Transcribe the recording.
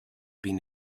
been